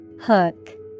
Hook